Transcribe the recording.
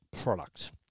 product